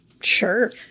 Sure